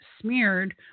smeared